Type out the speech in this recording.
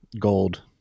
gold